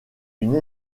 une